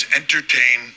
entertain